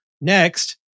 next